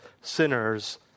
sinners